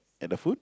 at the food